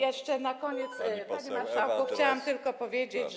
Jeszcze na koniec, panie marszałku, chciałabym tylko powiedzieć, że.